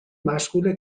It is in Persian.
مشغول